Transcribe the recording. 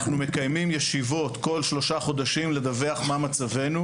אנחנו מקיימים ישיבות כל שלושה חודשים לדווח מה מצבנו